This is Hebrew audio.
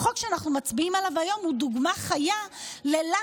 החוק שאנחנו מצביעים עליו היום הוא דוגמה חיה למה